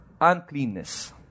uncleanness